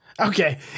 Okay